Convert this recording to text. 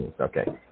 Okay